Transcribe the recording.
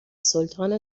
سلطان